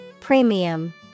Premium